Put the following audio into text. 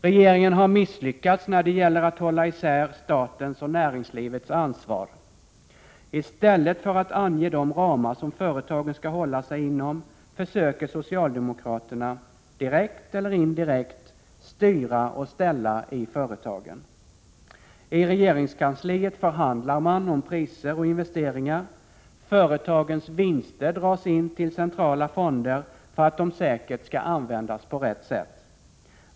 Regeringen har misslyckats när det gäller att hålla isär statens och näringslivets ansvar. I stället för att ange de ramar som företagen skall hålla sig inom försöker socialdemokraterna, direkt eller indirekt, styra och ställa i företagen. I regeringskansliet förhandlar man om priser och investeringar; företagens vinster dras in till centrala fonder för att de säkert skall användas på rätt sätt.